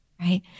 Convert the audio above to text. right